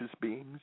beings